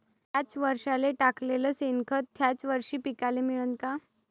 थ्याच वरसाले टाकलेलं शेनखत थ्याच वरशी पिकाले मिळन का?